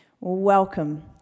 Welcome